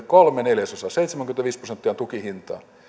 kolme neljäsosaa seitsemänkymmentäviisi prosenttia on tukin hintaa